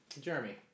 Jeremy